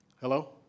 Hello